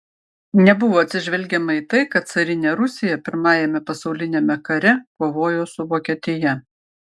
nebuvo atsižvelgiama į tai kad carinė rusija pirmajame pasauliniame kare kovojo su vokietija